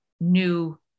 new